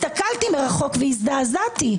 הסתכלתי מרחוק והזדעזעתי.